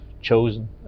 chosen